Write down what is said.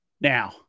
Now